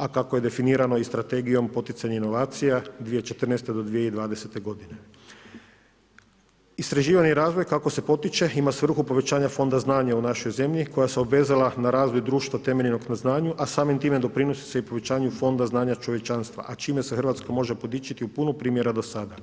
a kako je definirano i strategijom poticanja inovacija, 2014. do 2020. g. Istraživanje i razvoj kako se potiče ima svrhu povećanja fonda znanja u našoj zemlji koja se obvezala na razvoj društva temeljenog na znanju a samim time doprinosi se i povećanju fonda znanja čovječanstva a čime se Hrvatska može podičiti u puno primjera do sada.